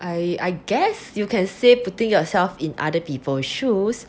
I I guess you can say putting yourself in other people's shoes